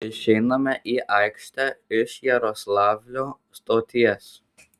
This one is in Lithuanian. išeiname į aikštę iš jaroslavlio stoties